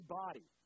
body